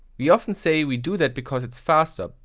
we often say, we do that because it's faster.